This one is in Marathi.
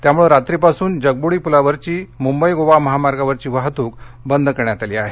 त्यामुळे रात्रीपासून जगबुडी पुलावरची मुंबई गोवा महामार्गावरची वाहतूक बंद करण्यात आली आहे